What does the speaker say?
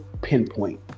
pinpoint